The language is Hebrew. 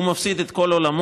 הוא מפסיד את כל עולמו.